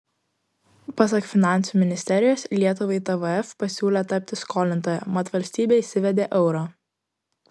pasak finansų ministerijos lietuvai tvf pasiūlė tapti skolintoja mat valstybė įsivedė eurą